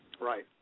Right